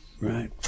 right